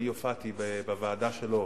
הופעתי בוועדה שלו